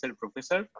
professor